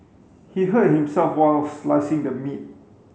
he hurt himself while slicing the meat